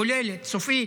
כוללת, סופית,